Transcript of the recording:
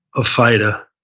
a fighter,